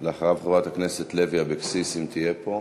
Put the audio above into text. אחריו, חברת הכנסת לוי אבקסיס, אם תהיה פה,